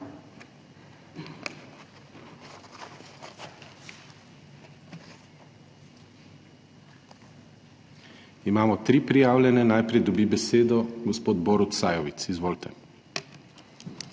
Imamo tri prijavljene. Najprej dobi besedo gospod Borut Sajovic. Izvolite.